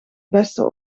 beste